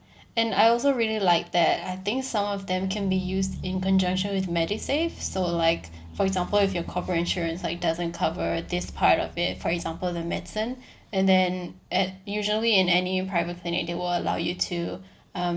and I also really like that I think some of them can be used in conjunction with MediSave so like for example if your corporate insurance like doesn't cover this part of it for example the medicine and then at usually in any private clinic they will allow you to um